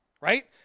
right